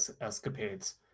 escapades